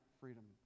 freedom